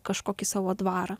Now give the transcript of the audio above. kažkokį savo dvarą